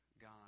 God